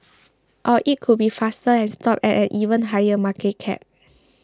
or it could be faster and stop at an even higher market cap